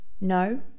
No